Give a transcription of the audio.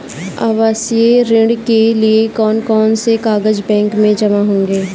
आवासीय ऋण के लिए कौन कौन से कागज बैंक में जमा होंगे?